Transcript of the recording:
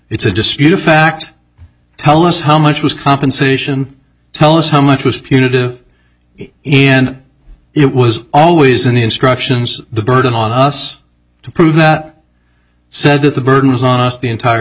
it's a disputed fact tell us how much was compensation tell us how much was punitive in and it was always in the instructions the burden on us to prove that said that the burden was on us the entire